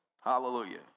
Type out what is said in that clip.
Hallelujah